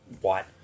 white